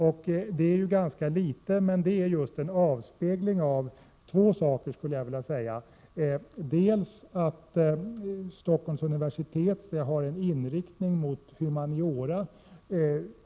Detta är ganska litet, och det förhållandet avspeglar två saker. För det första har Stockholms universitet en inriktning mot humaniora.